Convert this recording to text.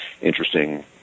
interesting